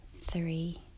three